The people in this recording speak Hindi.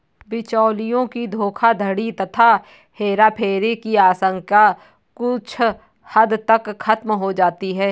बिचौलियों की धोखाधड़ी तथा हेराफेरी की आशंका कुछ हद तक खत्म हो जाती है